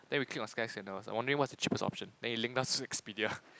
then we click on Skyscanner's ones I wondering what's the cheapest option then it link us to Expedia